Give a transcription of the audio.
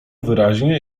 wyraźnie